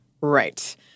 Right